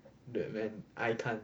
dude man I can't